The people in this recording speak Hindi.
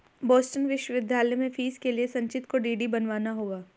बोस्टन विश्वविद्यालय में फीस के लिए संचित को डी.डी बनवाना होगा